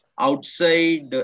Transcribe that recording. outside